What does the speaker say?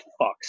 fucks